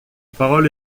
parole